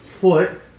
foot